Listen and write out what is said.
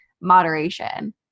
moderation